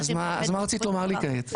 אז מה רצית לומר לי כעת?